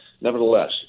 nevertheless